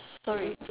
sorry